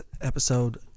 episode